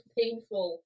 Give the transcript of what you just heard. painful